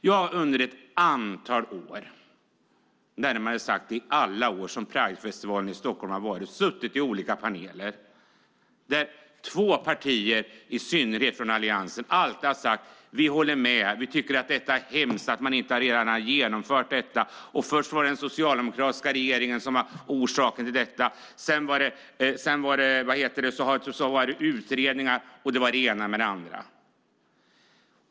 Jag har under ett antal år, närmare bestämt alla år som Pridefestivalen i Stockholm har funnits, suttit i olika paneler, där i synnerhet två partier från Alliansen alltid har sagt att de håller med och tycker att det är hemskt att man inte redan har genomfört detta; först var det den socialdemokratiska regeringen som var orsaken till detta, sedan var det utredningar och det var det ena med det andra.